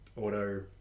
auto